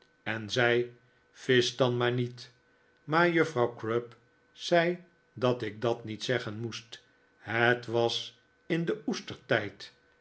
n zei visch dan maar niet maar juffrouw crupp zei dat ik dat niet zeggen moest het was in den